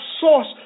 source